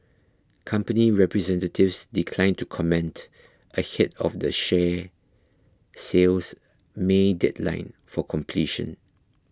company representatives declined to comment ahead of the share sale's May deadline for completion